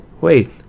Wait